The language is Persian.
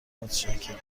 متشکرم